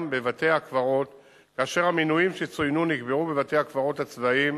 בבתי-הקברות כאשר המנויים שצוינו נקברו בבתי-הקברות הצבאיים